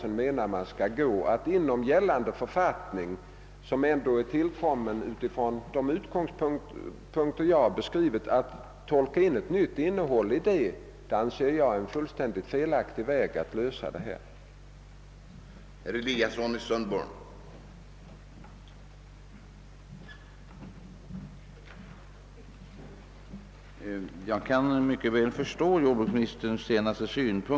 Att tolka in ett nytt innehåll i gällande författning, som ju är tillkommen för att tillgodose de synpunkter jag har beskrivit, anser jag vara en fullständigt felaktig metod för att söka lösa problemet.